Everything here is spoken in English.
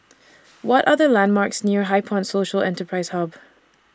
What Are The landmarks near HighPoint Social Enterprise Hub